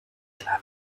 klar